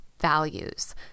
values